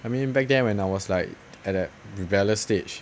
I mean back then when I was like at that rebellious stage